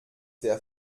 der